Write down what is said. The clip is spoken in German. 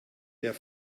der